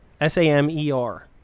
S-A-M-E-R